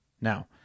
Now